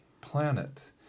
planet